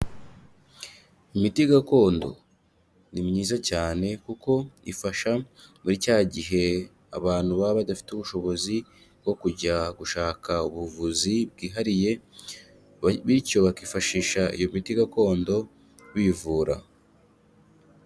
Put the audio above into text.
Imiti gakondo ni myiza cyane kuko ifasha muri cya gihe abantu baba badafite ubushobozi bwo kujya gushaka ubuvuzi bwihariye bityo bakifashisha iyo miti gakondo bivura.